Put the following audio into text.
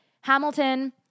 Hamilton